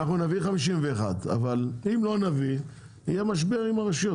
אנחנו נביא ,51 אבל אם לא נביא יהיה משבר עם הרשויות,